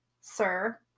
sir